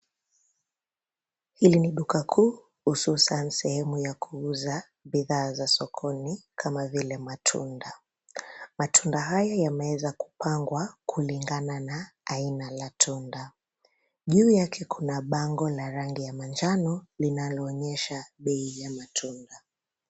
Hili ni duka kuu hususan sehemu ya kuuza bidhaa za sokoni kama vile matunda. Matunda hayo yameweza kupangwa kulingana na aina la tunda. Juu yake kuna bango la rangi ya manjano linaloonyesha bei ya matunda.